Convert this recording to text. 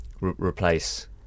replace